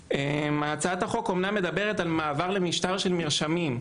הצעת החוק אומנם מדברת על מעבר למשטר של מרשמים,